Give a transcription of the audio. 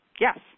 yes